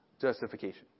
justification